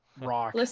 rock